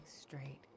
straight